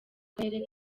karere